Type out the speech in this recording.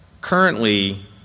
Currently